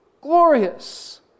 glorious